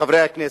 חברי הכנסת,